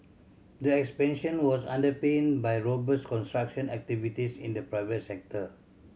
the expansion was underpinned by robust construction activities in the private sector